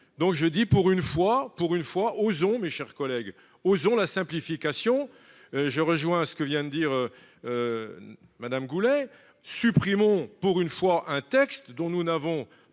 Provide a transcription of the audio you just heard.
Donc je dis pour une fois, pour une fois. Osons, mes chers collègues, osons la simplification. Je rejoins ce que vient de dire. Madame Goulet supprimons pour une fois un texte dont nous n'avons pas